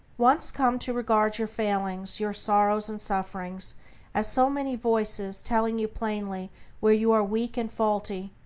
once come to regard your failings, your sorrows and sufferings as so many voices telling you plainly where you are weak and faulty,